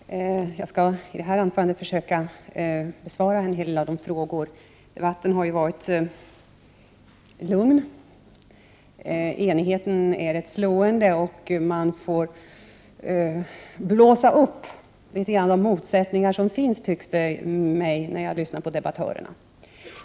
Fru talman! Jag skall i detta anförande försöka besvara en hel del av de frågor som har ställts till mig. Debatten har ju varit lugn, och enigheten är rätt slående. När jag lyssnar på debattörerna tycks det mig som om man litet grand får blåsa upp de motsättningar som finns.